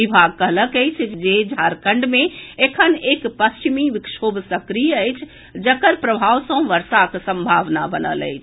विभाग कहलक अछि जे झारखण्ड मे एखन एक पश्चिमी विक्षोभ सक्रिय अछि जकर प्रभाव सँ वर्षाक संभावना बनल अछि